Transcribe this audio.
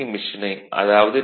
மெஷினை அதாவது டி